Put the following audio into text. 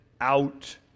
out